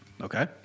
Okay